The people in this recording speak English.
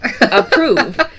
approve